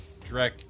Drek